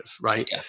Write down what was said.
right